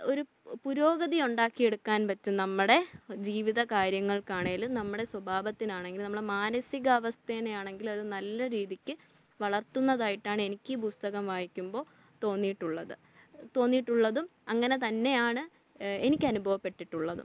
ഒരു പുരോഗതി ഉണ്ടാക്കിയെടുക്കാൻ പറ്റും നമ്മുടെ ജീവിതകാര്യങ്ങൾക്കാണെങ്കിലും നമ്മുടെ സ്വഭാവത്തിനാണെങ്കിലും നമ്മളുടെ മാനസികാവസ്ഥയെ ആണെങ്കിലും അത് നല്ല രീതിക്ക് വളർത്തുന്നതായിട്ടാണ് എനിക്കീ പുസ്തകം വായിക്കുമ്പോള് തോന്നിയിട്ടുള്ളത് തോന്നിയിട്ടുള്ളതും അങ്ങനെ തന്നെയാണ് എനിക്ക് അനുഭവപ്പെട്ടിട്ടുള്ളതും